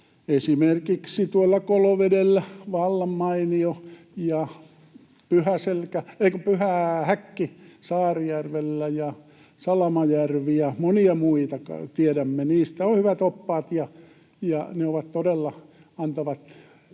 esimerkiksi tuolla Kolovedellä on vallan mainio, ja Pyhä-Häkki Saarijärvellä ja Salamajärvi ja monia muita tiedämme. Niistä on hyvät oppaat, ja ne todella antavat